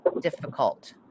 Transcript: difficult